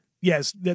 Yes